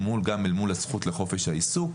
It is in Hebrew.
גם אל מול הזכות לחופש העיסוק,